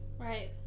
right